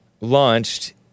launched